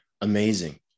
amazing